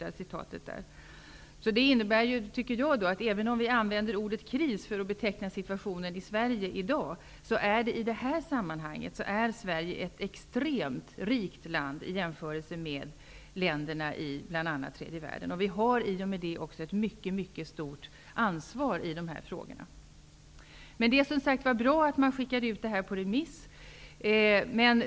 Även om vi använder ordet ''kris'' för att beteckna situationen i Sverige i dag, är Sverige i det här sammanhanget ett extremt rikt land i jämförelse med länderna i bl.a. tredje världen. I och med detta har vi ett mycket stort ansvar när det gäller dessa frågor. Det är som sagt bra att konferensens beslut skickas ut på remiss.